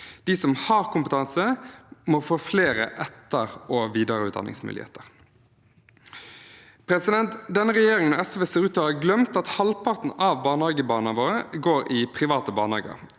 De som har kompetanse, må få flere etter- og videreutdanningsmuligheter. Denne regjeringen og SV ser ut til å ha glemt at halvparten av barnehagebarna våre går i private barnehager.